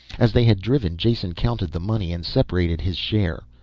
as they had driven, jason counted the money and separated his share.